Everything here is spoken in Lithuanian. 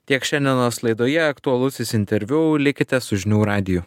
tiek šiandienos laidoje aktualusis interviu likite su žinių radiju